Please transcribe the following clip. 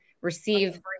receive